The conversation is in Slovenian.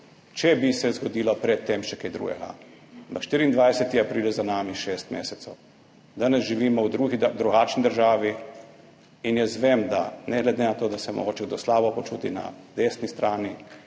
če bi se zgodilo pred tem še kaj drugega. Ampak 24. april je za nami že šest mesecev. Danes živimo v drugačni državi. In jaz vem, da se, ne glede na to, da se mogoče kdo na desni strani